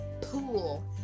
pool